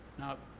now,